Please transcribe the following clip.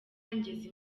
ngeze